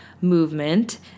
movement